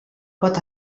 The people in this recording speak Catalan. pot